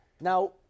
now